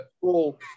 cool